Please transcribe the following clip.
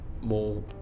more